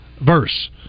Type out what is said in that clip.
Verse